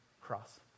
cross